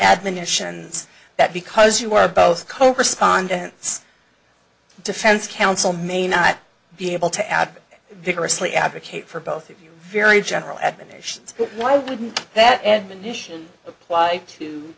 admonitions that because you are both cope respondents defense counsel may not be able to add vigorously advocate for both of you very general admonitions why wouldn't that admonition apply to